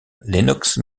lennox